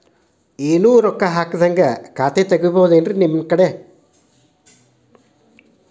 ಏನು ರೊಕ್ಕ ಹಾಕದ್ಹಂಗ ಖಾತೆ ತೆಗೇಬಹುದೇನ್ರಿ ನಿಮ್ಮಲ್ಲಿ?